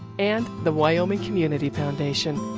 and, the wyoming community foundation.